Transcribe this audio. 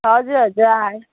हजुर हजुर